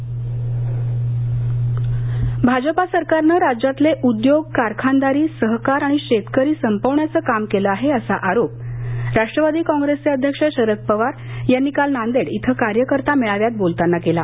पवार भाजपा सरकारनं राज्यातले उद्योग कारखानदारी सहकार आणि शेतकरी संपवण्याचं काम केलं असल्याचा आरोप राष्ट्रवादी काँग्रेसचे अध्यक्ष शरद पवार यांनी काल नांदेड इथ कार्यकर्ता मेळाव्यात बोलताना केला